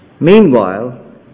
Meanwhile